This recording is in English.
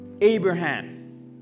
Abraham